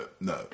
no